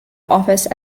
office